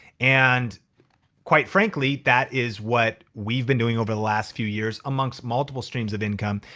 and quite frankly that is what we've been doing over the last few years amongst multiple streams of income.